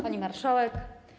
Pani Marszałek!